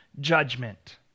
judgment